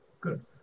Good